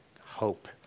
hope